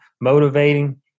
Motivating